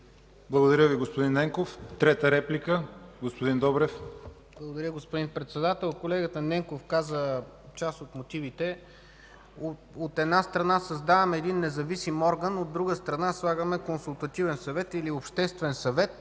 Благодаря Ви, господин Ненков. Трета реплика – господин Добрев. ДОКЛАДЧИК ДЕЛЯН ДОБРЕВ: Благодаря, господин Председател. Колегата Ненков каза част от мотивите. От една страна, създаваме независим орган; от друга страна, слагаме консултативен или обществен съвет